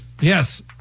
Yes